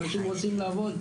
אנשים רוצים לעבוד,